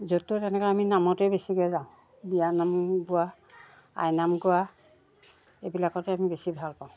য'ত ত'ত এনেকৈ আমি নামতেই বেছিকৈ যাওঁ বিয়ানাম গোৱা আইনাম গোৱা এইবিলাকতে আমি বেছি ভাল পাওঁ